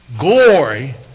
glory